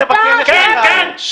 שישב על זה בכלא שנתיים,